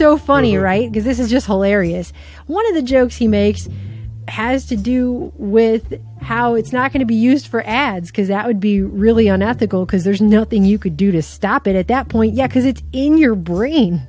so funny right because this is just hilarious one of the jokes he made has to do with how it's not going to be used for ads because that would be really are not the goal because there's nothing you could do to stop it at that point because it's in your brain